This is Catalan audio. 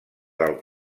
del